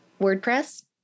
WordPress